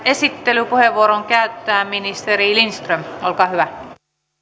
esittelypuheenvuoron käyttää ministeri lindström olkaa hyvä